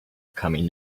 becoming